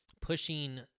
Pushing